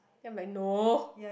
then I'm like no